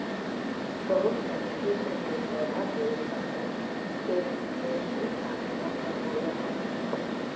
बहुत सनी किस्म के पौधा के उत्पादन एक नियंत्रित तापमान पर होवऽ हइ